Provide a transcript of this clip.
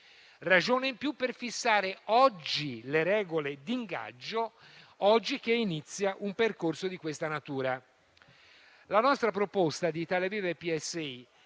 Ragione in più per fissare oggi le regole di ingaggio, oggi che inizia un percorso di questa natura.